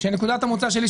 שנקודת המוצא שלי,